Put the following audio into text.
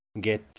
get